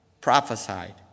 Prophesied